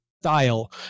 style